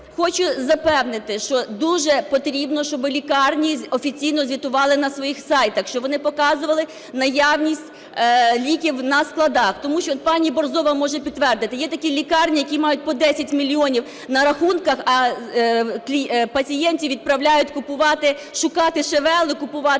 хочу запевнити, що дуже потрібно, щоб лікарні офіційно звітували на своїх сайтах, щоб вони показували наявність ліків на складах. Тому що, пані Борзова може підтвердити, що є такі лікарні, які мають по 10 мільйонів на рахунках, а пацієнтів відправляють купувати, шукати ШВЛ і купувати